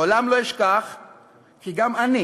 לעולם לא אשכח כי גם אני